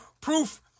proof